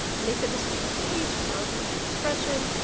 and they said this is free speech, it's non-commercial expression',